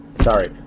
Sorry